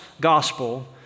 gospel